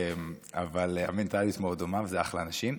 אבל המנטליות מאוד דומה, וזה אחלה אנשים.